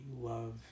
love